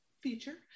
feature